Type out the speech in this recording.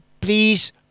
please